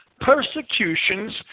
persecutions